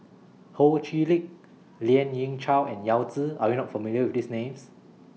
Ho Chee Lick Lien Ying Chow and Yao Zi Are YOU not familiar with These Names